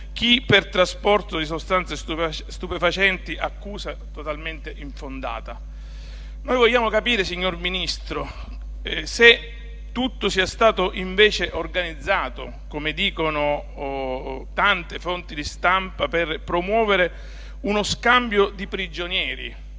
dice per trasporto di sostanze stupefacenti, accusa totalmente infondata. Signor Ministro, vogliamo capire se tutto sia stato invece organizzato, come dicono tante fonti di stampa, per promuovere uno scambio di prigionieri.